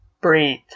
Breathe